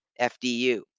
FDU